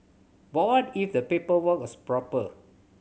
but what if the paperwork was proper